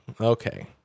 Okay